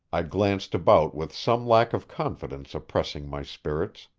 i glanced about with some lack of confidence oppressing my spirits.